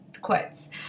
quotes